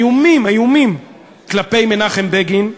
איומים, איומים, כלפי מנחם בגין.